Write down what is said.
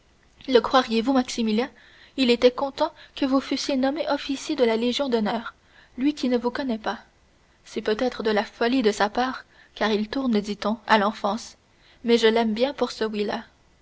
le croiriez-vous maximilien il était content que vous fussiez nommé officier de la légion d'honneur lui qui ne vous connaît pas c'est peut-être de la folie de sa part car il tourne dit-on à l'enfance mais je l'aime bien pour ce